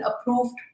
approved